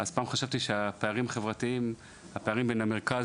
פעם חשבתי שהפערים החברתיים בין המרכז